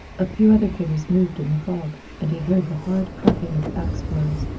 a few other figures moved in the fog, and he heard the hard cracking of axe blows.